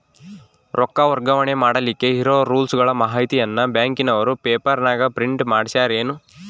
ರೊಕ್ಕ ವರ್ಗಾವಣೆ ಮಾಡಿಲಿಕ್ಕೆ ಇರೋ ರೂಲ್ಸುಗಳ ಮಾಹಿತಿಯನ್ನ ಬ್ಯಾಂಕಿನವರು ಪೇಪರನಾಗ ಪ್ರಿಂಟ್ ಮಾಡಿಸ್ಯಾರೇನು?